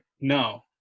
no